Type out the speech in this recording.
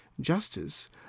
justice